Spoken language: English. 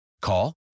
Call